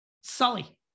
sully